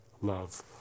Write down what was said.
love